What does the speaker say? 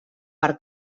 per